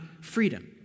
freedom